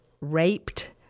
raped